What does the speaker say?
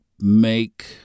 make